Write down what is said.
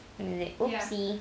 is it oopsies